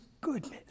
goodness